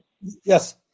Yes